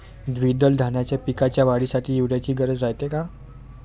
द्विदल धान्याच्या पिकाच्या वाढीसाठी यूरिया ची गरज रायते का?